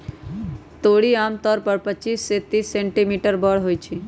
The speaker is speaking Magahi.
तोरी आमतौर पर पच्चीस से तीस सेंटीमीटर बड़ होई छई